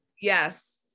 Yes